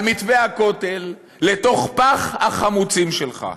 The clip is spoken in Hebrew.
על מתווה הכותל, לתוך פח החמוצים שלך.